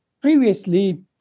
Previously